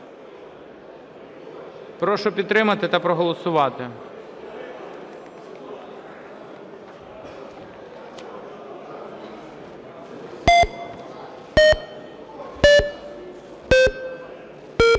Прошу підтримати та проголосувати.